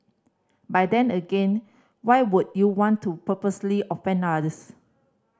but then again why would you want to purposely offend others